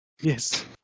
Yes